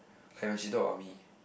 like when she talk about me